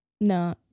No